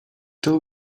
till